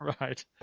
Right